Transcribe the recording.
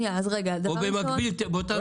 ובאותה